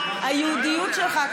היהודיות שלך,